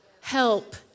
Help